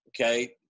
Okay